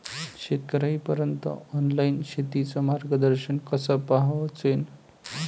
शेतकर्याइपर्यंत ऑनलाईन शेतीचं मार्गदर्शन कस पोहोचन?